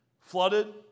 Flooded